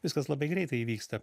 viskas labai greitai įvyksta